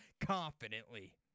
confidently